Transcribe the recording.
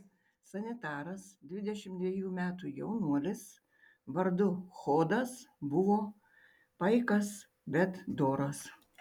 sanitaras dvidešimt dvejų metų jaunuolis vardu hodas buvo paikas bet doras